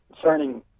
concerning